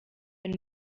been